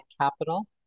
Capital